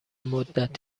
مدت